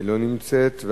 אינה נמצאת,